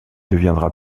deviendra